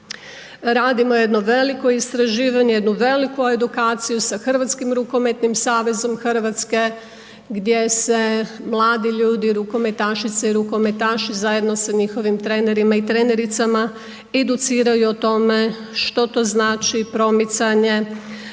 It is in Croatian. Radimo jedno veliko istraživanje, jednu veliku edukaciju sa Hrvatskim rukometnim savezom Hrvatske gdje se mladi ljudi, rukometašice i rukometaši zajedno sa njihovim trenerima i trenericama educiraju o tome što to znači promicanje